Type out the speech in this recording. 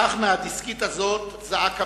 אך מהדסקית הזאת זעק המסר: